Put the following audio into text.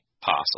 possible